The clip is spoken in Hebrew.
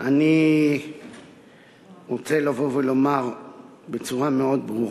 אני רוצה לבוא ולומר בצורה מאוד ברורה.